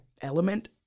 element